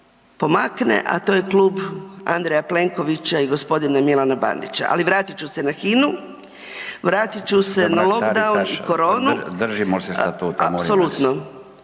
a to je klub Andreja Plenkovića i g. Milana Bandića, ali vratit ću se na Hinu. Vratit ću se na …/Upadica: Gđo. Mrak-Taritaš, držimo se statuta,